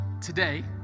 today